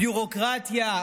ביורוקרטיה,